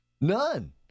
None